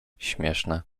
śmieszne